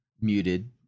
muted